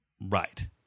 Right